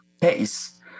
pace